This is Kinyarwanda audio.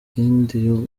yindi